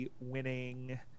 winning